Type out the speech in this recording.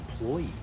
employee